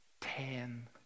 Ten